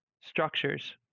structures